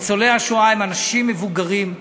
ניצולי השואה הם אנשים מבוגרים.